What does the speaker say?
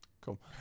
Cool